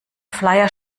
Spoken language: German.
flyer